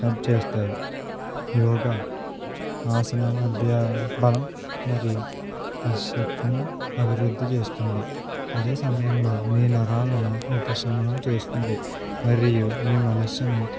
help చేస్తాయి యోగ ఆసనాలు అభ్యాసన బలం మరియు వ్యవస్థను అభివృద్ధి చేస్తుంది అదే సమయంలో మీ నరాలను ఉపశమనం చేస్తుంది మరియు మీ మనస్సును